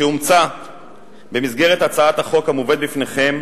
שאומצה במסגרת הצעת החוק המובאת בפניכם,